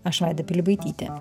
aš vaida pilibaitytė